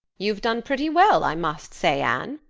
you've done pretty well, i must say, anne,